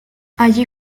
allí